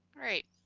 right,